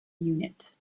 unit